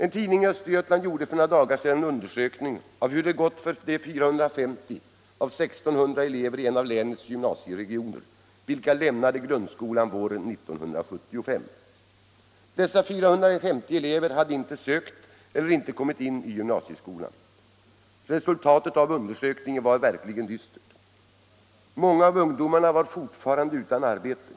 En tidning i Östergötland gjorde för några dagar sedan en undersökning av hur det gått för de 450 av 1 600 elever i en av länets gymnasieregioner vilka lämnade grundskolan på våren 1975. Dessa 450 elever hade inte sökt eller inte kommit in i gymnasieskolan. Resultatet av undersökningen var verkligen dystert. Många av ungdomarna var fortfarande utan arbete.